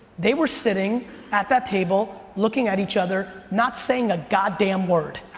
they were sitting at that table looking at each other not saying a god damn word.